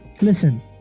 listen